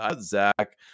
Zach